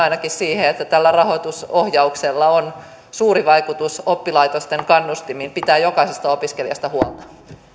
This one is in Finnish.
siihen että tällä rahoitusohjauksella on suuri vaikutus oppilaitosten kannustimiin pitää jokaisesta opiskelijasta huolta